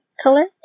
color